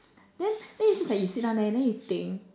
then then it seems like you sit down there then you think